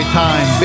time